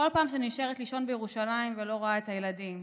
כל פעם שאני נשארת לישון בירושלים ולא רואה את הילדים,